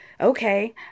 okay